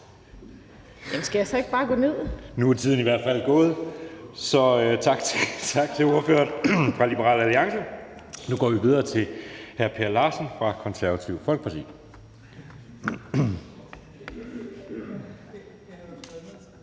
Anden næstformand (Jeppe Søe): Nu er tiden i hvert fald gået. Så tak til ordføreren for Liberal Alliance. Nu går vi videre til hr. Per Larsen fra Det Konservative Folkeparti.